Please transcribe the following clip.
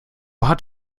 hat